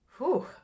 Whew